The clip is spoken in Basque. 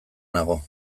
nago